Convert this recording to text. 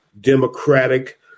democratic